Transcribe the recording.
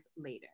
later